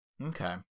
Okay